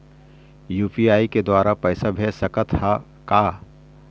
UPI के द्वारा पैसा भेज सकत ह का?